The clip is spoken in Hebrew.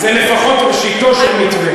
זה לפחות ראשיתו של מתווה.